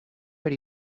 per